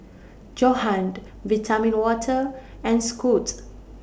Johan Vitamin Water and Scoot